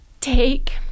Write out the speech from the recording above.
take